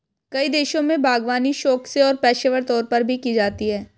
कई देशों में बागवानी शौक से और पेशेवर तौर पर भी की जाती है